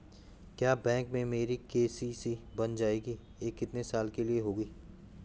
क्या बैंक में मेरी के.सी.सी बन जाएगी ये कितने साल के लिए होगी?